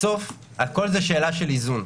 בסוף זה הכול שאלה של איזון.